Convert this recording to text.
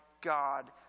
God